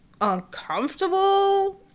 uncomfortable